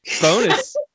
bonus